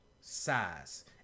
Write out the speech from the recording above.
size